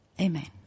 Amen